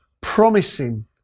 promising